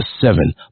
seven